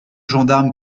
gendarme